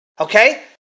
Okay